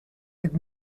with